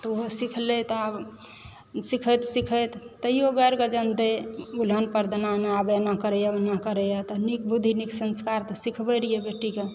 तऽ ओहो सिखलथि आब सिखैत सिखैत तहियो गारि बजाउन दय उलहन प्रदान आबय जे ऐना करैए ओना करैए तऽ निक बुद्धि नीक संस्कार तऽ सिखबै रहियै बेटीकेँ